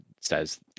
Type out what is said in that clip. says